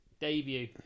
debut